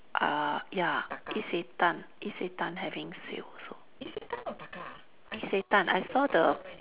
uh ya Isetan Isetan having sale also Isetan I saw the